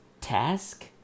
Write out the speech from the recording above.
task